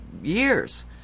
years